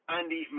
Andy